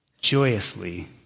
joyously